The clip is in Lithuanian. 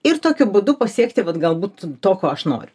ir tokiu būdu pasiekti vat galbūt to ko aš noriu